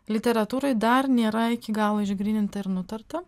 literatūroj dar nėra iki galo išgryninta ir nutarta